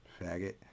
Faggot